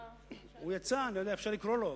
הוא יצא, אפשר לקרוא לו.